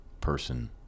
person